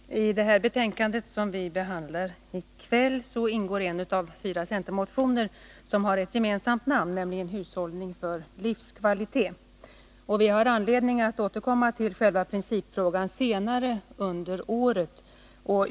Herr talman! I det betänkande nr 25 från socialutskottet som vi behandlar i kvällingår en av fyra centermotioner som har ett gemensamt namn, nämligen Hushållning för livskvalitet. Vi har anledning att återkomma till själva principfrågan senare under året.